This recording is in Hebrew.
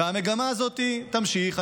והמגמה הזאת תימשך.